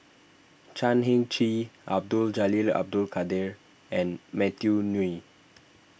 Chan Heng Chee Abdul Jalil Abdul Kadir and Matthew Ngui